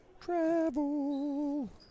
Travel